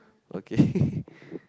okay